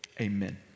Amen